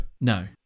No